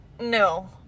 No